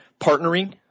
partnering